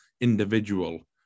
individual